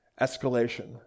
escalation